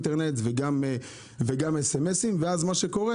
אחר שיש בו אינטרנט וגם SMS ומה שקורה